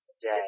Day